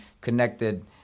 connected